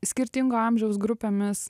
skirtingo amžiaus grupėmis